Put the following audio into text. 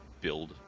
build